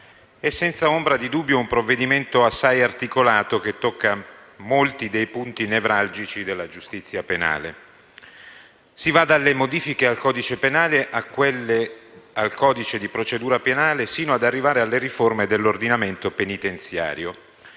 è senza ombra di dubbio un provvedimento assai articolato, che tocca molti dei punti nevralgici della giustizia penale: si va dalle modifiche al codice penale a quelle al codice di procedura penale, sino ad arrivare alle riforme dell'ordinamento penitenziario,